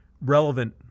relevant